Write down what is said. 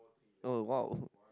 oh !wow!